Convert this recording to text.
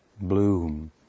bloom